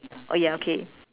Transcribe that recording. oh ya okay